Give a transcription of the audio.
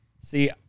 See